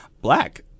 black